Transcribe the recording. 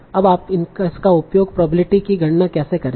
अब आप इसका उपयोग प्रोबेबिलिटी की गणना केसे करेंगे